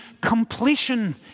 completion